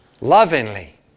lovingly